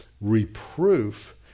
reproof